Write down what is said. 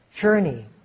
journey